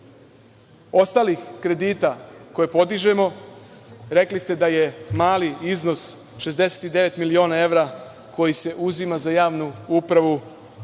ostalih kredita koje podižemo, rekli ste da je mali iznos 69 miliona evra koji se uzima za javnu upravu,